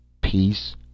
Peace